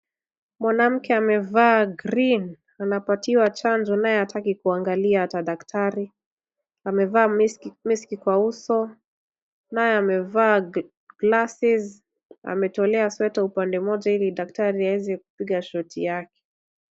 Mwanamke amevaa green , anapatiwa chanzo naye ataki kuangalia hata daktari. Amevaa maski kwa uso. Naye amevaa glasses . Ametolea sweta upande mmoja ili daktari aweze kupiga shoti yake.